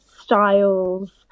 styles